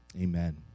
Amen